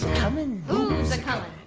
comin' who's a comin'?